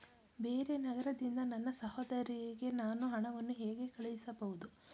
ಬೇರೆ ನಗರದಿಂದ ನನ್ನ ಸಹೋದರಿಗೆ ನಾನು ಹಣವನ್ನು ಹೇಗೆ ಕಳುಹಿಸಬಹುದು?